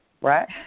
right